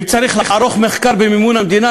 אם צריך לערוך מחקר במימון המדינה,